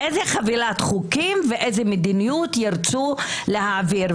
איזה חבילת חוקים ואיזה מדיניות ירצו להעביר?